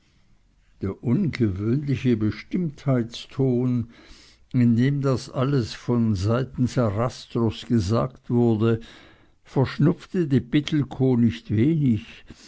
der ungewöhnliche bestimmtheitston in dem das alles von seiten sarastros gesagt wurde verschnupfte die pittelkow nicht wenig